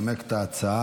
לנמק את ההצעה.